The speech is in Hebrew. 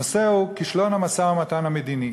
הנושא הוא כישלון המשא-ומתן המדיני,